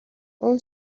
اون